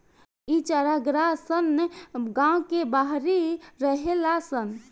इ चारागाह सन गांव के बाहरी रहेला सन